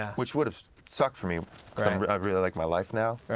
which would have sucked for me, cause i really like my life now,